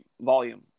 volume